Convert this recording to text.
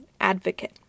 advocate